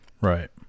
Right